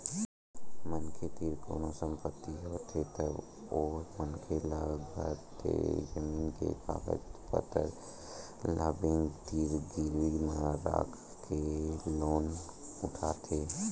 मनखे तीर कोनो संपत्ति होथे तब ओ मनखे ल घर ते जमीन के कागज पतर ल बेंक तीर गिरवी म राखके लोन उठाथे